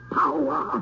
power